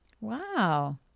Wow